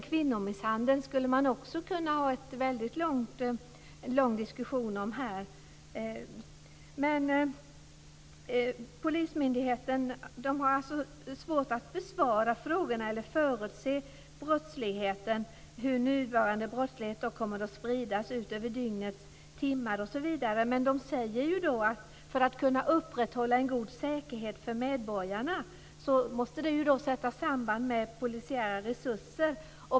Kvinnomisshandel skulle man också kunna ha en lång diskussion om här. Polismyndigheten har svårt att besvara frågorna, att förutse brottsligheten och hur nuvarande brottslighet kommer att sprida sig över dygnets timmar osv. Men man säger att för att kunna upprätthålla en god säkerhet för medborgarna måste detta sättas i samband med polisiära resurser.